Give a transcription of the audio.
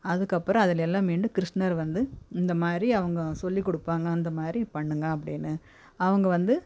அதுக்கப்புறோம் அதில் எல்லாம் மீண்டு கிருஷ்ணர் வந்து இந்த மாதிரி அவங்க சொல்லிக் கொடுப்பாங்க அந்த மாதிரி பண்ணுங்க அப்படின்னு அவங்க வந்து